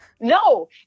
No